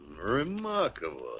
Remarkable